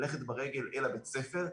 ללכת ברגל אל בית הספר.